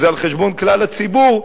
שזה על חשבון כלל הציבור,